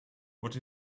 what